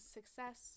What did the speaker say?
success